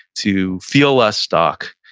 to feel less stuck,